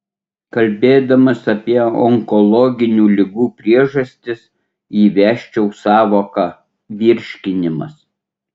kalbėdamas apie onkologinių ligų priežastis įvesčiau sąvoką virškinimas